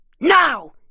Now